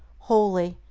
holy,